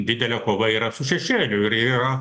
didelė kova yra su šešėliu ir yra